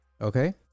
Okay